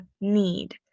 need